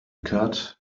card